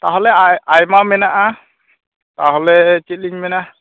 ᱛᱟᱦᱚᱞᱮ ᱟᱭᱢᱟ ᱢᱮᱱᱟᱜᱼᱟ ᱛᱟᱦᱚᱞᱮ ᱪᱮᱫ ᱞᱤᱧ ᱢᱮᱱᱟ